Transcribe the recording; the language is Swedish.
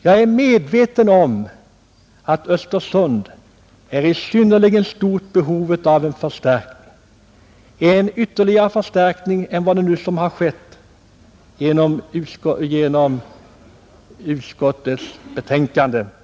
Jag är medveten om att Östersund är i synnerligen stort behov av en ytterligare förstärkning utöver den som nu sker genom förslagen i utskottets betänkande.